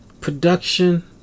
Production